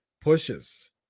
pushes